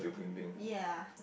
ya